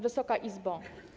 Wysoka Izbo!